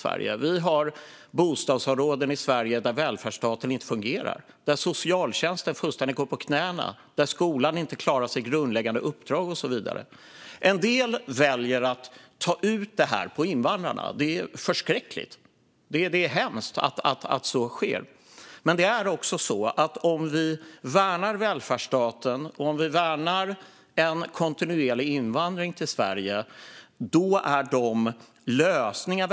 Vi har bostadsområden i Sverige där välfärdsstaten inte fungerar, där socialtjänsten fullständigt går på knäna, där skolan inte klarar sitt grundläggande uppdrag och så vidare. En del väljer att ta ut det här på invandrarna, vilket är förskräckligt. Det är hemskt att så sker. Men om vi värnar välfärdsstaten och värnar en kontinuerlig invandring till Sverige håller inte Vänsterpartiets lösningar.